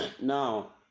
Now